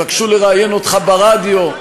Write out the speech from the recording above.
יבקשו לראיין אותך ברדיו,